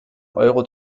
euro